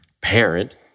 parent